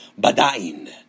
badain